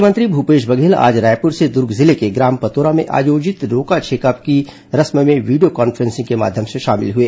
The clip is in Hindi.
मुख्यमंत्री मूपेश बधेल आज रायपुर से दुर्ग जिले के ग्राम पतोरा में आयोजित रोका छेका की रस्म में वीडियो कॉन्फ्रेंसिंग के माध्यम से शामिल हुए